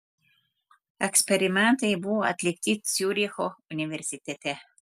eksperimentai buvo atlikti ciuricho universitete